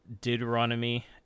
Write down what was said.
Deuteronomy